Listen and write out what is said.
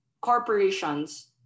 corporations